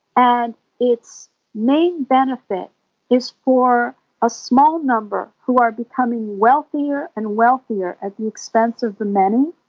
and its main benefit is for a small number who are becoming wealthier and wealthier at the expense of the many,